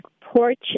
porch